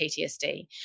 PTSD